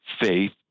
faith